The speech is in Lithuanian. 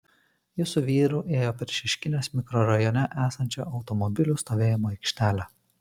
ji su vyru ėjo per šeškinės mikrorajone esančią automobilių stovėjimo aikštelę